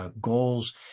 goals